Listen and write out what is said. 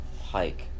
hike